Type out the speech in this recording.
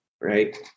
right